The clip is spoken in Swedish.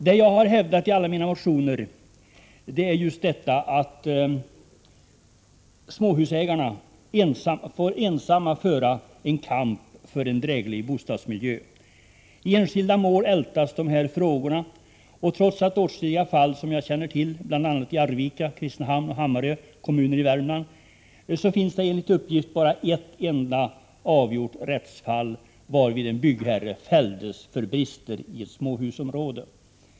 Det jag har hävdat i alla mina motioner är just detta, att småhusägarna i dag ensamma får föra sin kamp för en dräglig bostadsmiljö. I enskilda mål ältas de här frågorna. Jag känner till åtskilliga fall — bl.a. i Arvika, Kristinehamns och Hammarö kommuner i Värmland — men enligt uppgift finns det bara ett enda avgjort rättsfall, varvid en byggherre fälldes för brister i ett småhusområde.